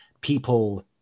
people